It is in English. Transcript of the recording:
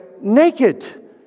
naked